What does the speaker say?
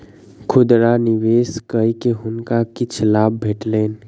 खुदरा निवेश कय के हुनका किछ लाभ भेटलैन